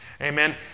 Amen